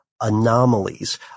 anomalies